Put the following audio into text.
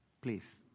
Please